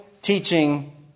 teaching